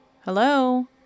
Hello